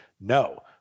No